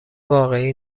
واقعی